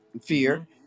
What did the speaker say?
fear